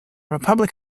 republic